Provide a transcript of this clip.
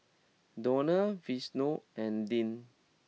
Donal Vashon and Deann